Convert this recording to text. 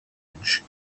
edge